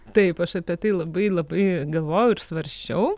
taip aš apie tai labai labai galvojau ir svarsčiau